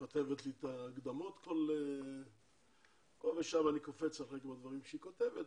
כותבת לי את ההקדמות ואם אני מדלג על משהו שהיא כותבת,